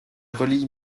relie